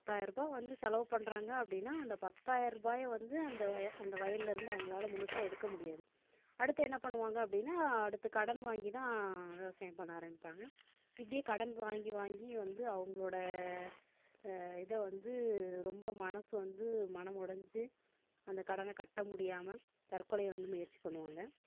பத்தாயரருபா வந்து செலவு பண்றாங்க அப்படின்னா அந்த பத்தாயரருபாய வந்து அந்த அந்த வயலில் இருந்து அவங்களால முழுசாக எடுக்க முடியாது அடுத்து என்ன பண்ணுவாங்க அப்படின்னா அடுத்து கடன் வாங்கிதான் விவசாயம் பண்ண ஆரம்பிப்பாங்க இப்படியே கடன் வாங்கி வாங்கி வந்து அவங்களோட இதை வந்து ரொம்ப மனது வந்து மனமொடைஞ்சி அந்த கடனை கட்ட முடியாமல் தற்கொலையை வந்து முயற்சி பண்ணுவாங்க